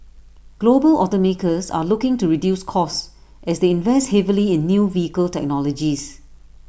global automakers are looking to reduce costs as they invest heavily in new vehicle technologies